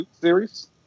Series